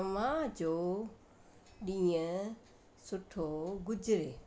तव्हां जो ॾींहुं सुठो गुज़रे